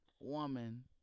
woman